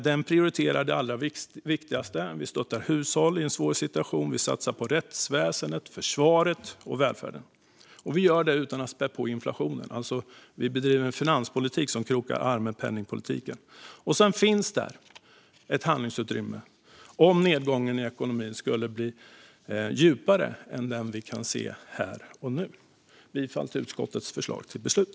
Den prioriterar det allra viktigaste: Vi stöttar hushållen i en svår situation, och vi satsar på rättsväsendet, försvaret och välfärden. Vi gör det dessutom utan att spä på inflationen, vilket gör att vi bedriver en finanspolitik som krokar arm med penningpolitiken. Sedan finns det ett handlingsutrymme om nedgången i ekonomin skulle bli djupare än vad vi kan se här och nu. Jag yrkar alltså bifall till utskottets förslag till beslut.